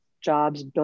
jobs